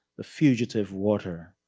the fugitive water,